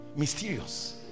mysterious